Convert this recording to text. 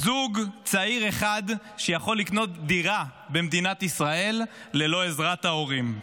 זוג צעיר אחד שיכול לקנות דירה במדינת ישראל ללא עזרת ההורים.